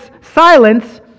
silence